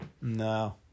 No